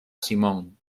simón